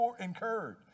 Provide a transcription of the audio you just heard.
incurred